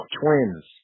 twins